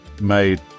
made